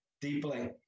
deeply